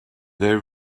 they